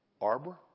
arbor